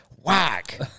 whack